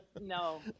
No